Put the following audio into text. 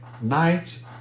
night